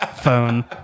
Phone